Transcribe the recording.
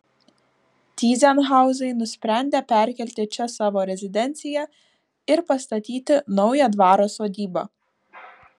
tyzenhauzai nusprendė perkelti čia savo rezidenciją ir pastatyti naują dvaro sodybą